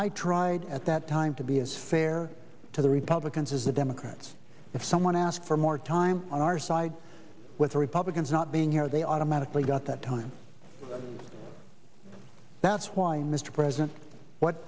i tried at that time to be as fair to the republicans as the democrats if someone asked for more time on our side with the republicans not being here they automatically got that time that's why mr president what